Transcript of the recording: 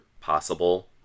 possible